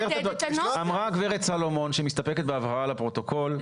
אמרה גברת סלומון שהיא מסתפקת בהבהרה לפרוטוקול,